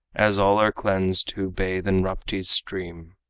as all are cleansed who bathe in rapti's stream.